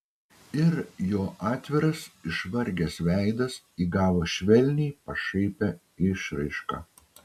ir jo atviras išvargęs veidas įgavo švelniai pašaipią išraišką